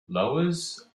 loews